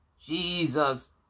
Jesus